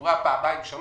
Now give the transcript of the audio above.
תקורה פעמיים-שלוש?